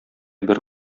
бер